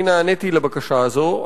אני נעניתי לבקשה הזאת.